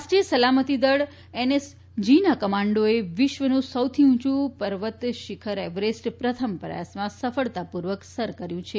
રાષ્ટ્રીય સલામતી દળ એનએસજીના કમાન્ડોએ વિશ્વનું સૌથી ઉંચું પર્વતીશીખર એવરરેસ્ટ પ્રથમ પ્રયાસમાં સફળતાપૂર્વક સર કર્યું છે